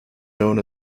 known